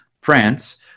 France